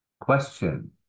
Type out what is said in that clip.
question